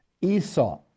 Esau